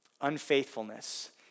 unfaithfulness